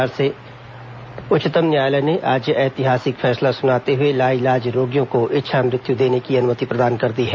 supreme court इच्छा मृत्यु उच्चतम न्यायालय ने आज ऐतिहासिक फैसला सुनाते हुए लाइलाज रोगियों को इच्छा मृत्यु देने की अनुमति प्रदान कर दी है